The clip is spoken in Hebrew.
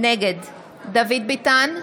נגד דוד ביטן,